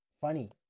funny